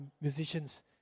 musicians